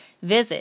Visit